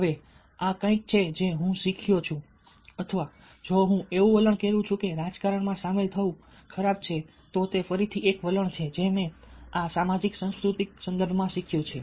હવે આ કંઈક છે જે હું શીખ્યો છું અથવા જો હું એવું વલણ કેળવું છું કે રાજકારણમાં સામેલ થવું ખરાબ છે તો તે ફરીથી એક વલણ છે જે મેં આ સામાજિક સાંસ્કૃતિક સંદર્ભમાં શીખ્યું છે